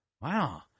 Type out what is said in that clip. wow